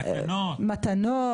מתנות.